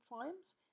Triumphs